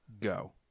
Go